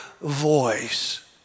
voice